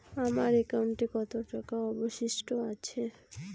আমার একাউন্টে কত টাকা অবশিষ্ট আছে?